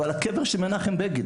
אבל שם גם נמצא הקבר של מנחם בגין